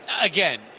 again